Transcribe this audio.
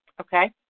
Okay